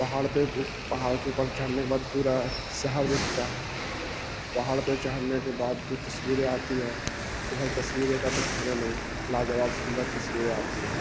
پہاڑ پہ پہاڑ کے اوپر چڑھنے کے بعد پورا سہر دکھتا ہے پہاڑ پہ چڑنے کے بعد جو تصویریں آتی ہیں تو بھائی تصویریں کا تو کھینا نہیں لاجواب سندر تصویریں آتی ہیں